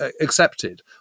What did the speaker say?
accepted